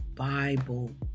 Bible